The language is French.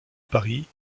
paris